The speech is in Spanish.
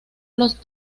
los